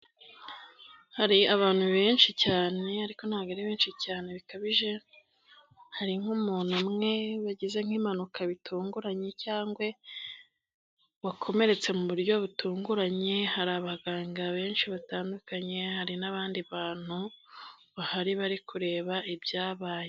Hari abantu benshi cyane ariko ntabwo ari benshi cyane bikabije, hari nk'umuntu umwe bagize nkimpanuka bitunguranye cyangwa wakomeretse mu buryo butunguranye, hari abaganga benshi batandukanye, hari n'abandi bantu bahari bari kureba ibyabaye.